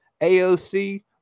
AOC